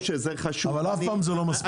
אבל אף פעם זה לא מספיק.